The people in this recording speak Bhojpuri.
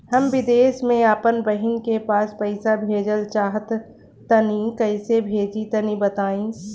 हम विदेस मे आपन बहिन के पास पईसा भेजल चाहऽ तनि कईसे भेजि तनि बताई?